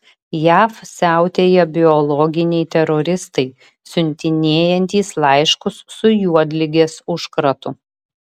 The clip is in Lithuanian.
jav siautėja biologiniai teroristai siuntinėjantys laiškus su juodligės užkratu